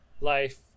life